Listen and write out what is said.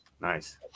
Nice